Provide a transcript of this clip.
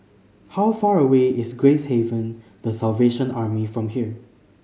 how far away is Gracehaven The Salvation Army from here